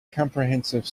comprehensive